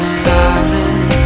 silent